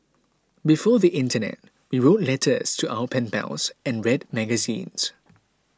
before the internet we wrote letters to our pen pals and read magazines